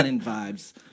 vibes